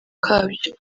kabyo